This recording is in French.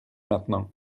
maintenant